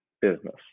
business